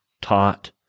taught